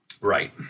right